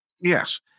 Yes